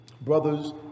brothers